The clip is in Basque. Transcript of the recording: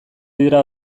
dira